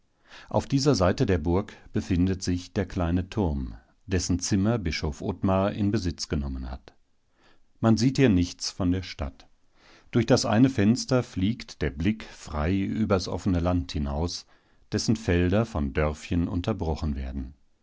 auf dieser seite der burg befindet sich der kleine turm dessen zimmer bischof ottmar in besitz genommen hat man sieht hier nichts von der stadt durch das eine fenster fliegt der blick frei übers offene land hinaus dessen felder von dörfchen unterbrochen werden